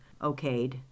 okayed